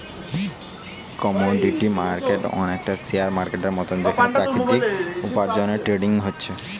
commodity market অনেকটা share মার্কেটের মতন যেখানে প্রাকৃতিক উপার্জনের ট্রেডিং হচ্ছে